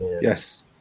yes